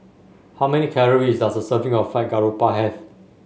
how many calories does a serving of Fried Garoupa have